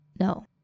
No